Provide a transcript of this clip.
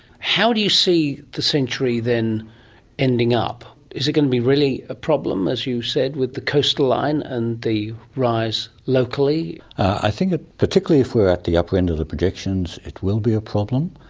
how do you see the century then ending up? is it going to be really a problem, as you said, with the coastline and the rise locally? i think ah particularly if we are at the upper end of the projections it will be a problem,